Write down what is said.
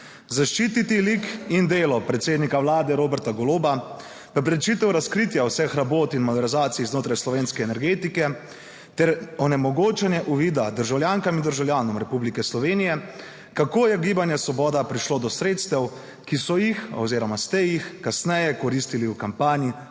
zaščititi lik in delo predsednika Vlade Roberta Goloba, preprečitev razkritja vseh rabot in malverzacij znotraj slovenske energetike ter onemogočanje uvida državljankam in državljanom Republike Slovenije, kako je Gibanje Svoboda prišlo do sredstev, ki so jih oziroma ste jih kasneje koristili v kampanji